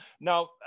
Now